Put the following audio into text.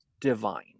divine